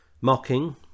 mocking